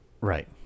Right